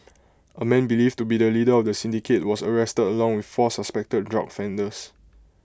A man believed to be the leader of the syndicate was arrested along with four suspected drug offenders